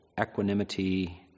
equanimity